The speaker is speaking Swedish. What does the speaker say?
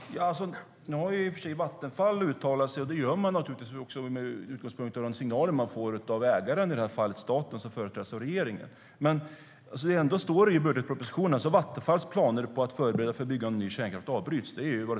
STYLEREF Kantrubrik \* MERGEFORMAT Statliga företagHerr talman! Nu har i och för sig Vattenfall uttalat sig. Det gör man naturligtvis med utgångspunkt i de signaler som man får från ägaren, i detta fall staten som företräds av regeringen. Men det står ändå i budgetpropositionen att Vattenfalls planer på att förbereda för byggande av ny kärnkraft avbryts.